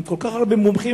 עם כל כך הרבה מומחים,